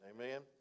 Amen